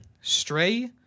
Stray